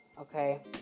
okay